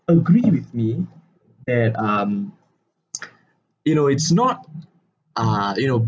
agree with me and um you know it's not ah you know